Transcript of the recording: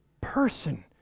person